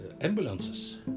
Ambulances